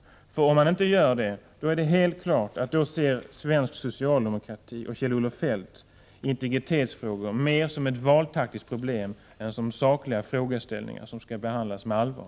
Om finansministern inte gör det, då är det helt klart att svensk socialdemokrati och Kjell-Olof Feldt betraktar integritetsfrågor mera som ett valtaktiskt problem än som sakliga frågeställningar som skall behandlas med allvar.